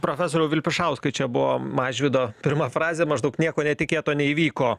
profesoriau vilpišauskai čia buvo mažvydo pirma frazė maždaug nieko netikėto neįvyko